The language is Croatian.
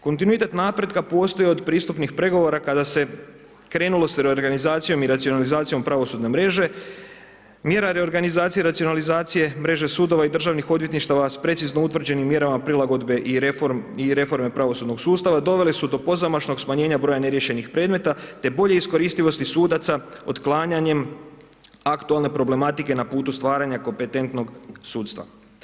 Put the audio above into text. Kontinuitet napretka postoji od pristupnih pregovora kada se krenulo sa reorganizacijom i racionalizacijom pravosudne mreže, mjera reorganizacije i racionalizacije mreže sudova i državnih odvjetništava s precizno utvrđenim mjerama prilagodbe i reforme pravosudnog sustava dovele su do pozamašnog smanjenja broja neriješenih predmeta t bolju iskoristivosti sudaca otklanjanjem aktualne problematike na putu stvaranja kompetentnog sudstva.